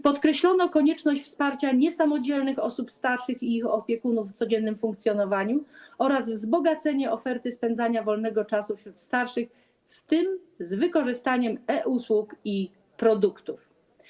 Podkreślono konieczność wsparcia niesamodzielnych osób starszych i ich opiekunów w codziennym funkcjonowaniu oraz wzbogacenia oferty spędzania wolnego czasu przez osoby starsze, w tym z wykorzystaniem e-usług i takich produktów.